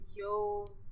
yo